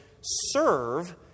serve